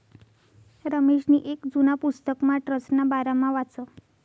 रमेशनी येक जुना पुस्तकमा ट्रस्टना बारामा वाचं